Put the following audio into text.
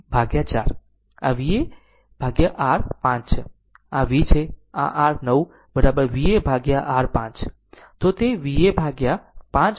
આ Va ભાગ્યા r 5 છે આ V છે આ r 9 Va ભાગ્યા r 5